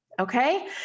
Okay